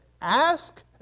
ask